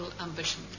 ambition